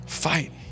Fight